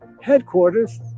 headquarters